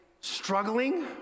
struggling